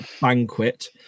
Banquet